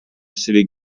city